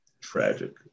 Tragic